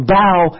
bow